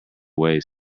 waste